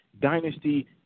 dynasty